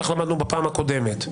כך למדנו בפעם הקודמת,